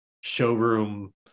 showroom